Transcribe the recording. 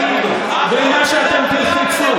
אך ורק עליכם, במה שאתם תגידו, במה שאתם תלחצו.